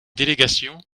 délégation